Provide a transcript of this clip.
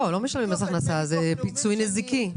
לא, לא משלמים מס הכנסה, זה פיצוי נזיקי.